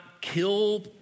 kill